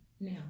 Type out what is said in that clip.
now